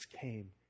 came